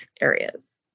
areas